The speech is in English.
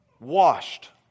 washed